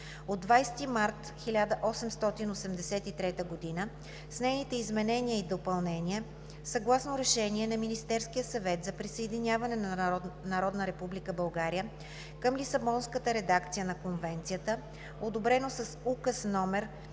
от 20 март 1883 г., с нейните изменения и допълнения, съгласно Решение на Министерския съвет за присъединяване на Народна република България към Лисабонската редакция на Конвенцията, одобрено с Указ №